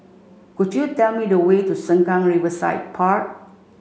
could you tell me the way to Sengkang Riverside Park